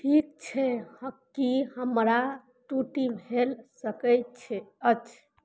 ठीक छै हँ की हमरा टूटी भेल सकय छै अछि